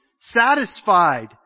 satisfied